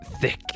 thick